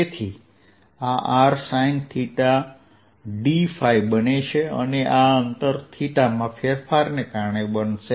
તેથી આ r sinedϕ બનશે અને આ અંતર માં ફેરફારને કારણે બનશે